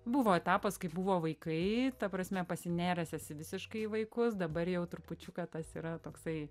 buvo etapas kai buvo vaikai ta prasme pasinėręs esi visiškai į vaikus dabar jau trupučiuką tas yra toksai